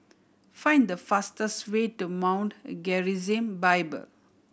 find the fastest way to Mount Gerizim Bible